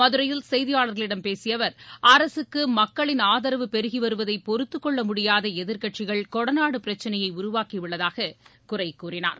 மதுரையில் செய்தியாளர்களிடம் பேசிய அவர் அரசுக்கு மக்களின் ஆதரவு பெருகிவருவதை பொறுத்துக்கொள்ள முடியாத எதிர்க்கட்சிகள் கொடநாடு பிரச்னையை உருவாக்கி உள்ளதாக குறை கூறினார்